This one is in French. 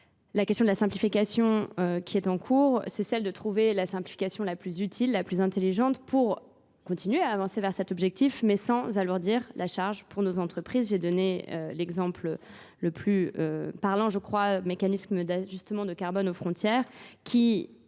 La question de la simplification qui est en cours, c'est celle de trouver la simplification la plus utile, la plus intelligente pour continuer à avancer vers cet objectif mais sans alourdir la charge pour nos entreprises. J'ai donné l'exemple le plus parlant mécanisme d'ajustement de carbone aux frontières qui,